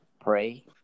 pray